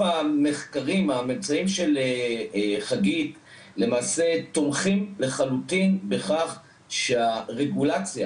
המחקרים והממצאים של חגית למעשה תומכים לחלוטין בכך שהרגולציה,